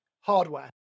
hardware